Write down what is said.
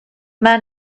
man